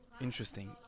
Interesting